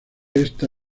esta